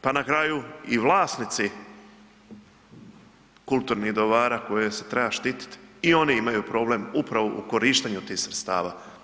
pa na kraju i vlasnici kulturnih dobara koje se treba štititi, i oni imaju problem upravo u korištenju tih sredstava.